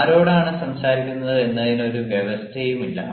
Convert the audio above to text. ആരോടാണ് സംസാരിക്കുക എന്നതിന് ഒരു വ്യവസ്ഥയുമില്ല